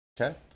Okay